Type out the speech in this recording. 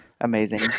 amazing